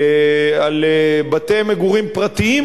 שלא יהיה על בתי מגורים פרטיים,